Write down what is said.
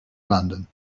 london